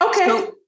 Okay